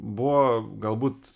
buvo galbūt